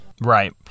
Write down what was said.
Right